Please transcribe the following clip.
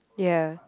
ya